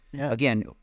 again